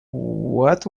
what